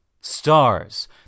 stars